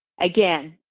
Again